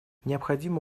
необходимо